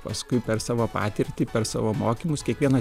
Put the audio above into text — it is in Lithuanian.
paskui per savo patirtį per savo mokymus kiekvieną